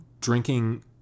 drinking